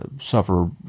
suffer